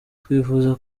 twifuza